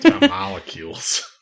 Molecules